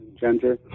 gender